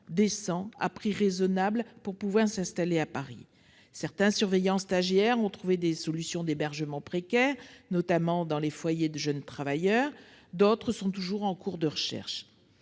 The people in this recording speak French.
décents à prix raisonnable afin de pouvoir s'installer à Paris. Certains surveillants stagiaires ont trouvé des solutions d'hébergement précaire, notamment dans les foyers de jeunes travailleurs. D'autres sont toujours en cours de recherche.